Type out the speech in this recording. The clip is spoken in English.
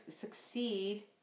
succeed